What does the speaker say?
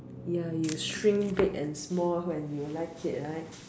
ya you shrink big and small when you like it right